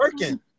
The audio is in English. working